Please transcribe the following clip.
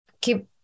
keep